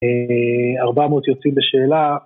ארבע מאות יוצאים בשאלה.